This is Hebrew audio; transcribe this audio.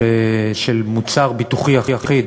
מוצר ביטוחי אחיד